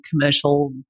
commercial